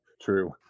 True